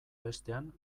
bestean